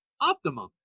optimum